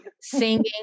singing